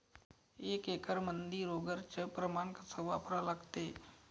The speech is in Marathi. एक एकरमंदी रोगर च प्रमान कस वापरा लागते?